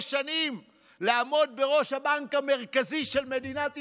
שנים לעמוד בראש הבנק המרכזי של מדינת ישראל.